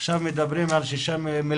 עכשיו מדברים על 6 מיליארד